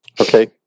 Okay